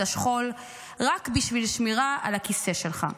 השכול רק בשביל שמירה על הכיסא שלך?